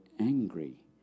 angry